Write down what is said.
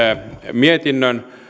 mietinnön